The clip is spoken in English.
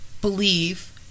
believe